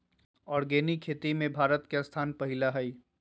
organic खेती में भारत के स्थान पहिला हइ